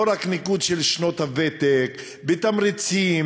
לא רק ניקוד של שנות הוותק, בתמריצים,